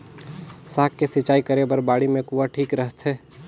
साग के सिंचाई करे बर बाड़ी मे कुआँ ठीक रहथे?